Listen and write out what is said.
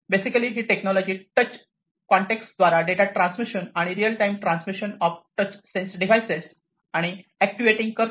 basically ही technology touch context द्वारे data transmission आणि real time transmission of touch sense devices आणि actuating करते